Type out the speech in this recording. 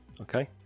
okay